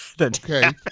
Okay